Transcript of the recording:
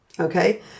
Okay